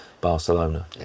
Barcelona